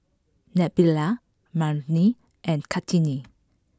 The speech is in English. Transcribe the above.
Nabila Murni and Kartini